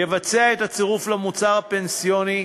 יבצע את הצירוף למוצר הפנסיוני,